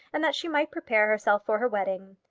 and that she might prepare herself for her wedding.